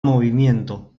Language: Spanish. movimiento